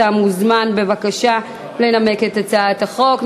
אתה מוזמן, בבקשה, לנמק את הצעת החוק.